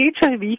HIV